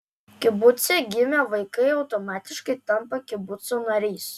kibuce gimę vaikai automatiškai tampa kibuco nariais